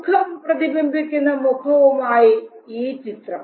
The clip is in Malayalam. ദുഃഖം പ്രതിബിംബിക്കുന്ന മുഖവുമായി ഈ ചിത്രം